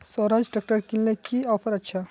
Swaraj tractor किनले की offer अच्छा?